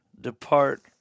depart